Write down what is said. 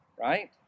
right